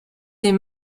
des